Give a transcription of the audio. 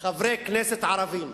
חברי כנסת ערבים,